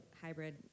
hybrid